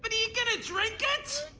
but you going to drink it?